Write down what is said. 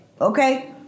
Okay